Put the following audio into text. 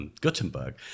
Gutenberg